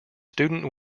student